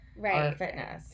Right